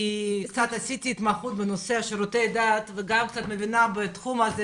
כי קצת עשיתי התמחות בנושא שירותי דת ואני גם מבינה בתחום הזה,